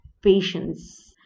patience